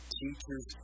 teachers